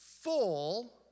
Full